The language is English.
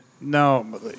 No